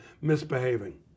misbehaving